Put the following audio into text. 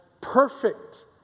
perfect